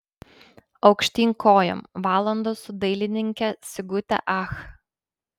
aukštyn kojom valandos su dailininke sigute ach